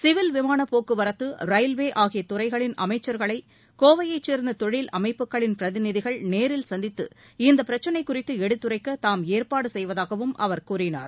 civil விமானப் போக்குவரத்து railway ஆகிய துறைகளின் அமைச்சர்களை கோவையைச் சேர்ந்த தொழில் அமைப்புகளின் பிரதிநிதிகள் நேரில் சந்தித்து இப்பிரச்னை குறித்து எடுத்துரைக்க தாம் ஏற்பாடு செய்வதாகவும் அவர் கூறினார்